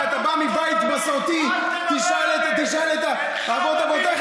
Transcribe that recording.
אם אתה בא מבית מסורתי תשאל את אבות אבותיך